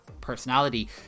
personality